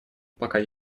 пока